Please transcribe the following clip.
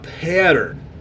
pattern